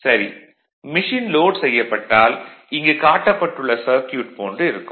சரி machine load செய்யப்பட்டால் இங்கு காட்டப்பட்டுள்ள சர்க்யூட் போன்று இருக்கும்